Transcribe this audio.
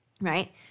right